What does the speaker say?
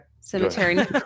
Cemetery